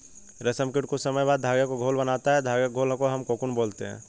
रेशम कीट कुछ समय बाद धागे का घोल बनाता है धागे के घोल को हम कोकून बोलते हैं